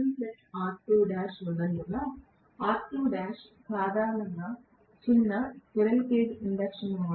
ఎందుకంటే మీకు R1R2l ఉన్నందున R2l సాధారణంగా చిన్న స్క్విరెల్ కేజ్ ఇండక్షన్ మోటార్